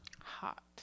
Hot